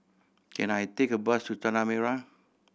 can I take a bus to Tanah Merah